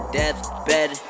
deathbed